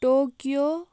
Tokyo